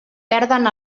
perden